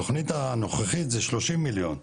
בתוכנית הנוכחית זה 30 מיליון ₪,